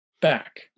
back